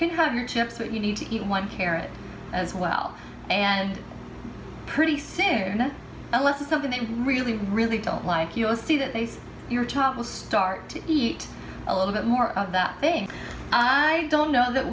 can have your chips but you need to eat one carrot as well and pretty soon unless it's something that you really really don't like you'll see that they say your child will start to eat a little bit more of that thing i don't know that